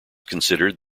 considered